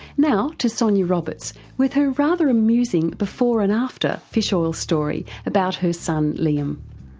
now to sonia roberts, with her rather amusing before and after fish oil story about her son liam.